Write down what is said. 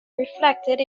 reflected